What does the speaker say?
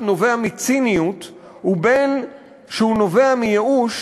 נובע מציניות ובין שהוא נובע מייאוש,